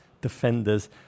defenders